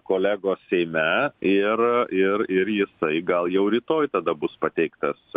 kolegos seime ir ir ir jisai gal jau rytoj tada bus pateiktas